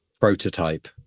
prototype